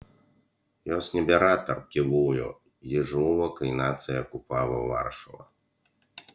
jos nebėra tarp gyvųjų ji žuvo kai naciai okupavo varšuvą